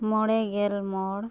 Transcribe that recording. ᱢᱚᱬᱮ ᱜᱮᱞ ᱢᱚᱬ